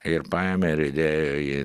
ir paėmė ir įdėjo į